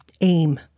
aim